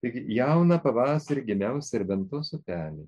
taigi jauną pavasarį gimiau giliam serbentos upely